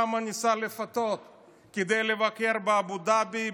כמה ניסה לפתות כדי לבקר באבו דאבי,